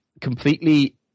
completely